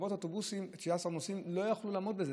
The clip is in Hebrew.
חברות האוטובוסים לא יכלו לעמוד בזה.